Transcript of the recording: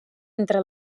entre